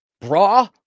bra